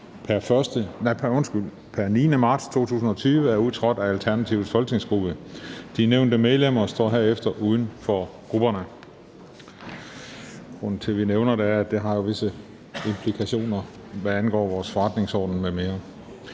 pr. 9. marts 2020 er udtrådt af Alternativets folketingsgruppe. De nævnte medlemmer står herefter uden for grupperne. Grunden til, at vi nævner det, er, at det jo har visse implikationer, hvad angår vores forretningsorden m.m.